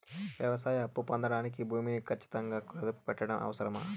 వ్యవసాయ అప్పు పొందడానికి భూమిని ఖచ్చితంగా కుదువు పెట్టడం అవసరమా?